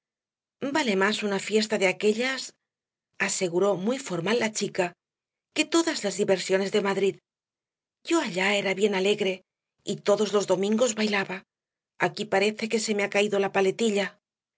vale más una fiesta de aquellas aseguró muy formal la chica que todas las diversiones de madrid yo allá era bien alegre y todos los domingos bailaba aquí parece que se me ha caído la paletilla